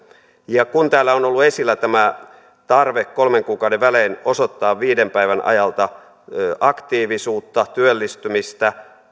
ja kun täällä on ollut esillä tämä tarve kolmen kuukauden välein osoittaa viiden päivän ajalta aktiivisuutta työllistymistä